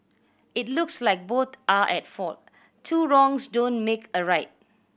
it looks like both are at fault two wrongs don't make a right